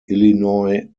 illinois